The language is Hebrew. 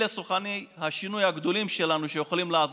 אלה סוכני השינוי הגדולים שלנו, שיכולים לעזור.